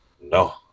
No